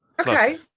Okay